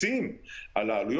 אבל זה משהו שחייב לעבור שינוי